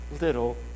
little